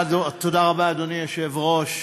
תודה רבה, אדוני היושב-ראש,